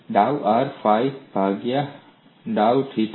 r ડાઉ phi ભાગ્યા ડાઉ થીટા